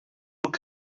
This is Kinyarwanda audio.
uhuru